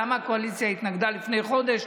למה הקואליציה התנגדה לפני חודש,